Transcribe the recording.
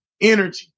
energy